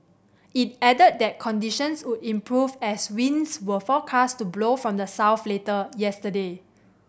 it added that conditions would improve as winds were forecast to blow from the south later yesterday